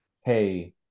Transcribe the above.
hey